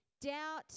Doubt